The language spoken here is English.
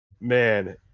Man